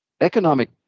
economic